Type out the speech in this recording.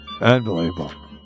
Unbelievable